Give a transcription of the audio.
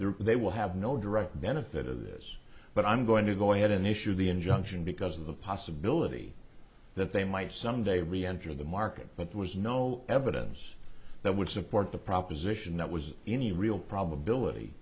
there they will have no direct benefit of this but i'm going to go ahead and issue the injunction because of the possibility that they might someday we enter the market but was no evidence that would support the proposition that was any real probability